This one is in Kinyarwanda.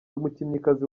umukinnyikazi